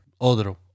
Otro